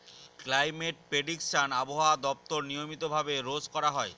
climate prediction আবহাওয়া দপ্তর নিয়মিত ভাবে রোজ করা হয়